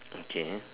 okay